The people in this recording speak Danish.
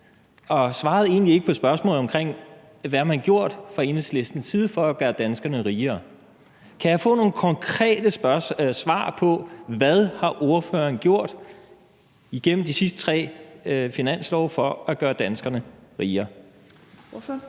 besvarede egentlig ikke spørgsmålet om, hvad man har gjort fra Enhedslistens side for at gøre danskerne rigere. Kan jeg få nogle konkrete svar? Hvad har ordføreren gjort igennem de sidste tre finanslove for at gøre danskerne rigere? Kl.